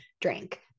drink